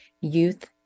youth